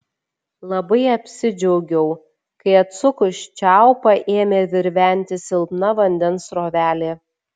labai apsidžiaugiau kai atsukus čiaupą ėmė virventi silpna vandens srovelė